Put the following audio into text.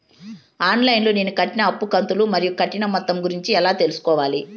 On line లో నేను కట్టిన అప్పు కంతులు మరియు కట్టిన మొత్తం గురించి ఎలా తెలుసుకోవాలి?